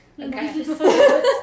Okay